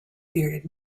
bearded